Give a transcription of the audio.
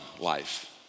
life